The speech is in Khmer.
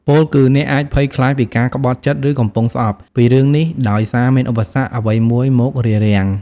ពោលគឺ អ្នកអាច ភ័យខ្លាចពីការក្បត់ចិត្តឬកំពុងស្អប់ពីរឿងនេះដោយសារមានឧបសគ្គ អ្វីមួយមករារាំង។